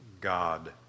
God